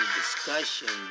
discussion